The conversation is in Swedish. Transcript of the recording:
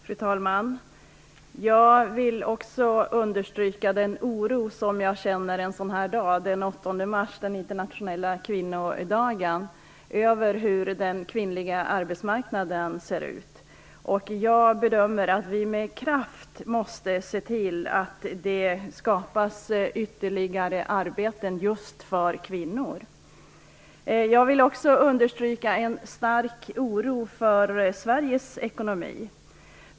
Fru talman! Jag vill också understryka den oro jag känner en sådan här dag, den internationella kvinnodagen den 8 mars, över hur den kvinnliga arbetsmarknaden ser ut. Jag bedömer att vi med kraft måste se till att det skapas ytterligare arbetstillfällen just för kvinnor. Jag vill understryka den starka oro jag känner för Sveriges ekonomi.